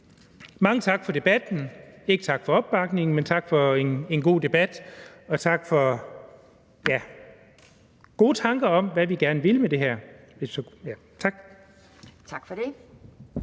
mange tak for debatten. Ikke tak for opbakningen, men tak for en god debat. Og tak for, ja, gode tanker om, hvad vi gerne vil med det her. Tak. Kl.